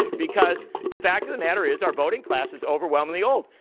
because the fact of the matter is our voting class is overwhelmingly old.